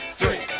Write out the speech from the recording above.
three